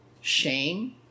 shame